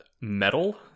Metal